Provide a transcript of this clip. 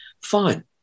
Fine